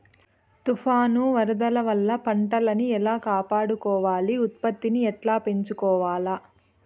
తుఫాను, వరదల వల్ల పంటలని ఎలా కాపాడుకోవాలి, ఉత్పత్తిని ఎట్లా పెంచుకోవాల?